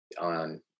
on